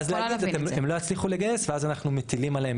ואז להגיד הם לא יצליחו לגייס ואז אנחנו מטילים עליהם